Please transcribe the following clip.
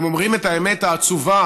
הם אומרים את האמת העצובה,